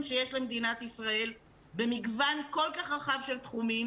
שיש למדינת ישראל במגוון כל כך רחב של תחומים,